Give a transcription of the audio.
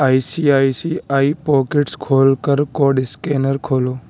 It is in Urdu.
I C I C I Pockets کھول کر کوڈ اسکینر کھولو